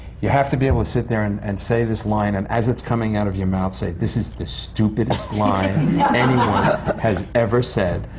you have to be able to sit there and and say this line and as it's coming out of your mouth, say, this is the stupidest line anyone has ever said!